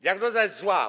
Diagnoza jest zła.